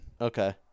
Okay